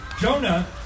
Jonah